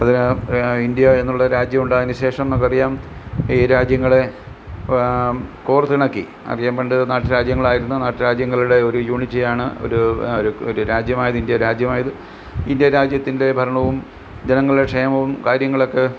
അതിന് ഇന്ത്യ എന്നുള്ള രാജ്യം ഉണ്ടായതിനു നുശേഷം നമുക്ക് അറിയാം ഈ രാജ്യങ്ങളെ കോർത്തിണക്കി ആദ്യം പണ്ട് നാട്ടുരാജ്യങ്ങളായിരുന്ന നാട്ടുരാജ്യങ്ങളുടെ ഒരു യൂണിറ്റിയാണ് ഒരു ഒരു ഒരു രാജ്യമായത് ഇന്ത്യ രാജ്യമായത് ഇന്ത്യ രാജ്യത്തിൻ്റെ ഭരണവും ജനങ്ങളുടെ ക്ഷേമവും കാര്യങ്ങളുമൊക്കെ